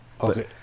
okay